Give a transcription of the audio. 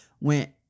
went